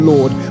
Lord